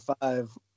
five